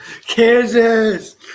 Kansas